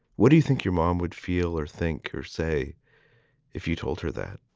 what do you think your mom would feel or think or say if you told her that?